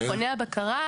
מירה סלומון